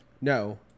No